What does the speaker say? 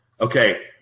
Okay